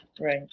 Right